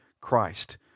Christ